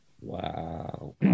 Wow